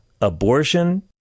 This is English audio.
abortion